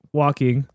walking